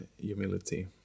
humility